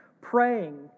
praying